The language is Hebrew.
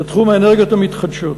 בתחום האנרגיות המתחדשות,